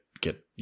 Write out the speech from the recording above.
get